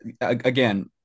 again